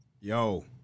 Yo